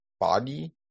body